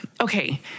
Okay